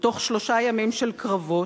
ובתוך שלושה ימים של קרבות,